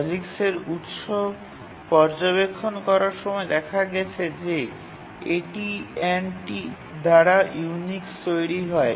পক্সিক্সের উৎস পর্যবেক্ষণ করার সময় দেখা গেছে যে AT T দ্বারা ইউনিক্স তৈরি হয়